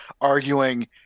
arguing